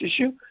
issue